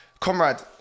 comrade